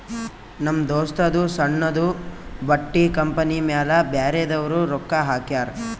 ನಮ್ ದೋಸ್ತದೂ ಸಣ್ಣುದು ಬಟ್ಟಿ ಕಂಪನಿ ಮ್ಯಾಲ ಬ್ಯಾರೆದವ್ರು ರೊಕ್ಕಾ ಹಾಕ್ಯಾರ್